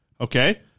Okay